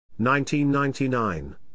1999